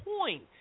point